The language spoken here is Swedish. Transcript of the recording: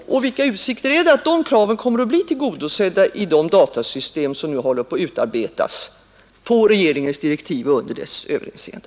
Vilka utsikter finns det att dessa krav kommer att bli tillgodosedda i de datasystem som nu utarbetas på regeringens direktiv och under dess överinseende?